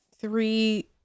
three